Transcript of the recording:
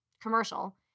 commercial